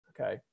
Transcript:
Okay